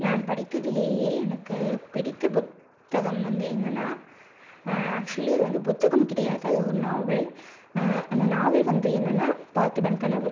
நான் படித்ததிலேயே எனக்கு பிடித்த புத்தகம் வந்து என்னன்னா ஆக்சுவலி அது வந்து புத்தகம் கிடையாது அது ஒரு நாவல் அந்த நாவல் வந்து என்னன்னா பார்த்திபன் கனவு